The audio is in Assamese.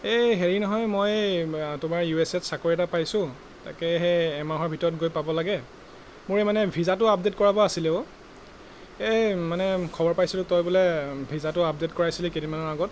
এই হেৰি নহয় মই এই তোমাৰ ইউ এছ এত চাকৰি এটা পাইছোঁ তাকে সেই এমাহৰ ভিতৰত গৈ পাব লাগে মোৰ এই মানে ভিজাটো আপডেট কৰাব আছিলে অ' এই মানে খবৰ পাইছিলোঁ তই বোলে ভিজাটো আপডেট কৰাইছিলি কেইদিনমানৰ আগত